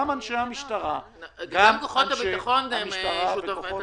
גם אנשי המשטרה וכוחות הביטחון --- גם כוחות הביטחון שותפים בעשייה,